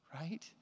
right